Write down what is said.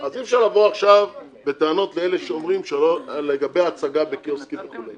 אז אי אפשר לבוא עכשיו בטענות לאלה שאומרים לגבי ההצגה בקיוסקים וכולי.